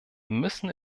müssen